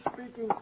speaking